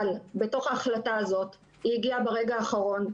אבל בתוך ההחלטה הזאת והיא הגיעה ברגע האחרון,